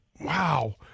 wow